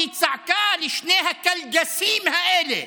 והיא צעקה לשני הקלגסים האלה: